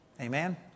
Amen